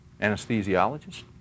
anesthesiologist